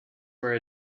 were